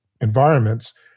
environments